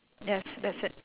yes that's it